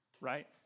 right